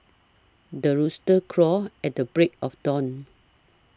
the rooster crows at the break of dawn